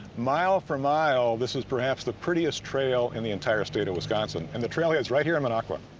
mile for mile this was perhaps the prettiest trail in the entire state of wisconsin and the trail head's right here in minocqua.